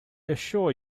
assure